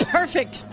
Perfect